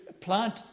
plant